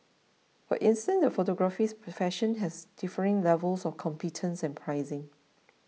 for instance the photography profession has differing levels of competence and pricing